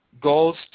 goals